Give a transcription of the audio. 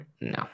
No